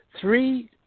Three